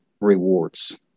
rewards